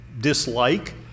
dislike